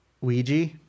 Ouija